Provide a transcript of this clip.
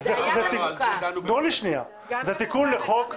זה תיקון לחוק הסמכויות,